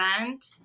event